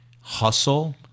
hustle